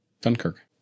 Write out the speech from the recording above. Dunkirk